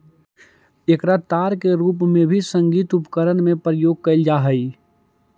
एकरा तार के रूप में भी संगीत उपकरण में प्रयोग कैल जा हई